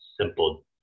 simple